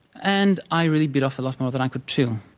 and i really bit off a lot more than i could chew.